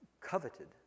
coveted